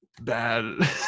bad